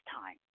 time